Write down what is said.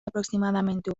aproximadamente